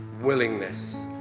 willingness